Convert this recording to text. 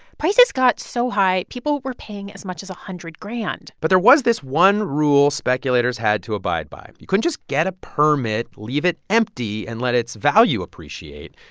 prices got so high, people were paying as much as a hundred grand but there was this one rule speculators had to abide by. you couldn't just get a permit, leave it empty and let its value appreciate.